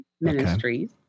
Ministries